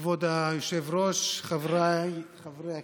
כבוד היושב-ראש, חבריי חברי הכנסת,